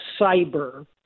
cyber